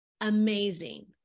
amazing